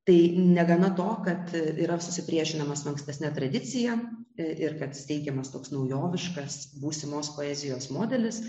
tai negana to kad yra susipriešinimas su ankstesne tradicija ir kad teikiamas toks naujoviškas būsimos poezijos modelis